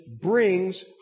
brings